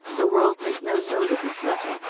the world made no note of these latter,